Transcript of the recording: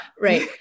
Right